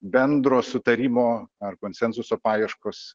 bendro sutarimo ar konsensuso paieškos